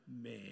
man